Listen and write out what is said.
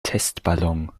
testballon